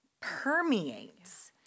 permeates